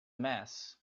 mass